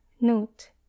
Note